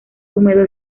húmedo